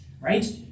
right